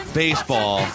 baseball